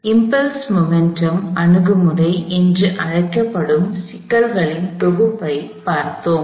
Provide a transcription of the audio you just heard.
impulse momentum Impulse momentum உந்துவிசை வேகம் அணுகுமுறை என்று அழைக்கப்படும் சிக்கல்களின் தொகுப்பைப் பார்த்தோம்